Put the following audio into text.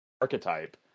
archetype